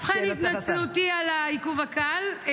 ובכן, התנצלותי על העיכוב הקל.